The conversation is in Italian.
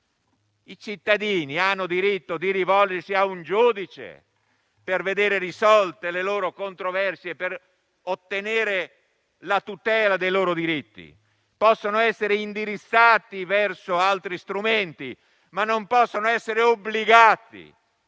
I cittadini hanno il diritto di rivolgersi a un giudice per vedere risolte le loro controversie e per ottenere la tutela dei loro diritti. Possono essere indirizzati, ma non obbligati